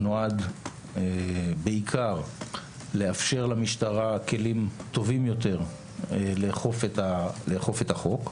שנועד בעיקר לאפשר למשטרה כלים טובים יותר לאכוף את החוק.